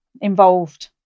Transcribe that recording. involved